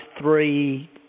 three